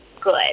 good